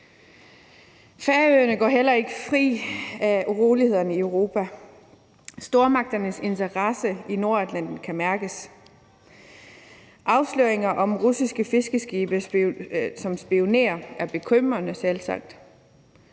Færøerne går heller ikke fri af urolighederne i Europa. Stormagternes interesse i Nordatlanten kan mærkes. Afsløringer om russiske fiskeskibe, som spionerer, er selvsagt